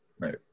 Right